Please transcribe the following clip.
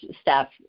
staff